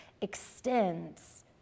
extends